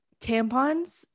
tampons